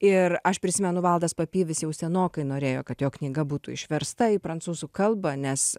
ir aš prisimenu valdas papievis jau senokai norėjo kad jo knyga būtų išversta į prancūzų kalbą nes